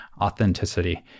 authenticity